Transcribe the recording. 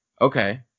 Okay